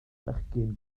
fechgyn